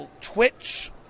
Twitch